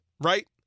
right